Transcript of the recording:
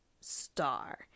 Star